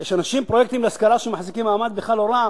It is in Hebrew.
יש אנשים בפרויקטים להשכרה שמחזיקים מעמד בכלל לא רע,